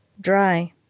Dry